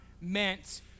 meant